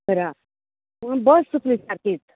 घरा पूण बस चुकली सारकीच